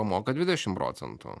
moka dvidešimt procentų